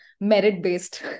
merit-based